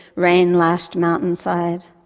rain-lashed mountainside,